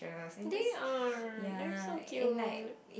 they are they're so cute